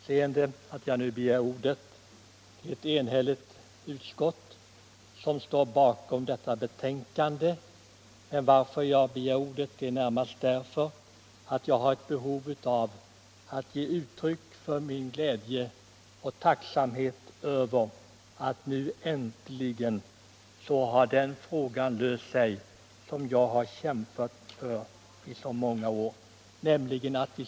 Herr talman! Jag ber om överseende för att jag nu tar till orda. Ett enhälligt utskott står bakom betänkandet. Jag har begärt ordet närmast därför att jag har ett behov av att ge uttryck för min glädje och tacksamhet över att en fråga som jag kämpat för i så många år nu äntligen blivit löst.